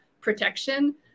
protection